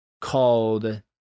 called